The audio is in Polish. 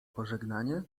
pożegnanie